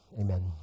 amen